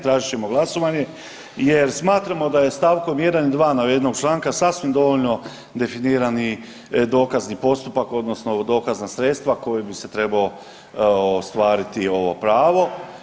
Tražit ćemo glasovanje jer smatramo da je st. 1. i 2. navedenog članka sasvim dovoljno definirani dokazni postupak odnosno dokazna sredstva kojim bi se trebao ostvariti ovo pravo.